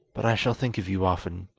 but i shall think of you often,